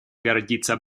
гордится